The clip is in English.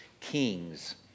kings